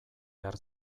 behar